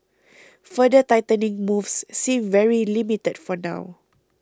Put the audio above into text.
further tightening moves seem very limited for now